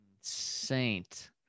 Saint